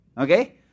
okay